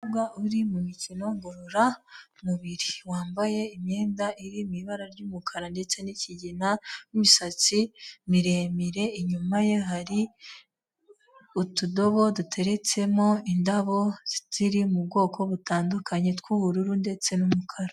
Umukobwa uri mu mikino ngororamubiri, wambaye imyenda iri mu ibara ry'umukara ndetse n'ikigina, n'imisatsi miremire, inyumaye hari utudobo duteretsemo indabo ziri mu bwoko butandukanye, tw'ubururu ndetse n'umukara.